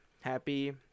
happy